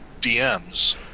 DMs